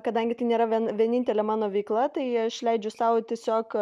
kadangi tai nėra vien vienintelė mano veikla tai aš leidžiu sau tiesiog